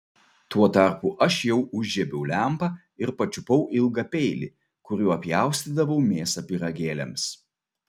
tuo tarpu aš jau užžiebiau lempą ir pačiupau ilgą peilį kuriuo pjaustydavau mėsą pyragėliams